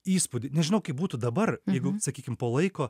įspūdį nežinau kaip būtų dabar jeigu sakykim po laiko